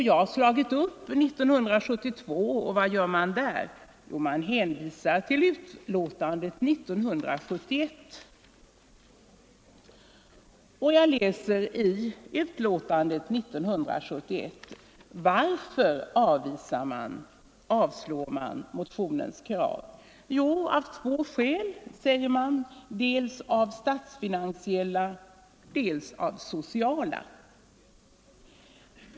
Jag har slagit upp detta betänkande. Vad säger man där? Jo, man hänvisar till sitt betänkande 1971. Jag läser då i betänkandet för att se varför man avvisade motionens krav. Det gjorde man av två olika skäl: dels av statsfinansiella, dels av sociala.